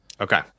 Okay